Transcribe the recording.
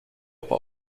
aber